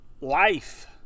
life